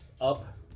up